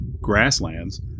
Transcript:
Grasslands